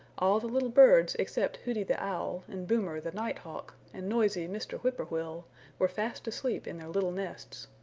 all the little birds except hooty the owl and boomer the night hawk, and noisy mr. whip-poor-will were fast asleep in their little nests.